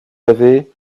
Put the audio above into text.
avez